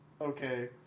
Okay